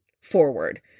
forward